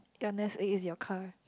your nest egg is your car